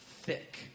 thick